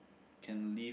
can leave